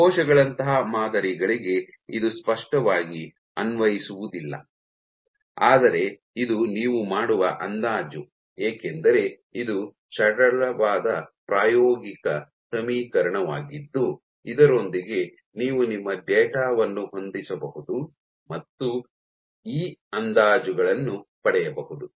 ಕೋಶಗಳಂತಹ ಮಾದರಿಗಳಿಗೆ ಇದು ಸ್ಪಷ್ಟವಾಗಿ ಅನ್ವಯಿಸುವುದಿಲ್ಲ ಆದರೆ ಇದು ನೀವು ಮಾಡುವ ಅಂದಾಜು ಏಕೆಂದರೆ ಇದು ಸರಳವಾದ ಪ್ರಾಯೋಗಿಕ ಸಮೀಕರಣವಾಗಿದ್ದು ಇದರೊಂದಿಗೆ ನೀವು ನಿಮ್ಮ ಡೇಟಾ ವನ್ನು ಹೊಂದಿಸಬಹುದು ಮತ್ತು ಇ ಅಂದಾಜುಗಳನ್ನು ಪಡೆಯಬಹುದು